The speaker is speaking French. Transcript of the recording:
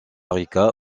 rica